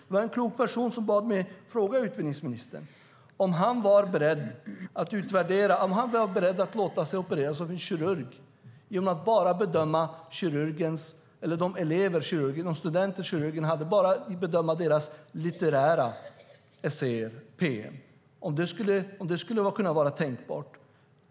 Det var en klok person som bad mig fråga utbildningsministern om han skulle vara beredd att låta sig opereras av en kirurg genom att bara bedöma kirurgens studenters litterära essäer och PM, om det skulle kunna vara tänkbart.